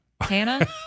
Hannah